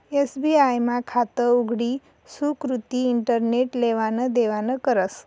SBI मा खातं उघडी सुकृती इंटरनेट लेवान देवानं करस